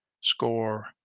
score